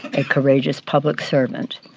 a courageous public servant